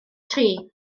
tri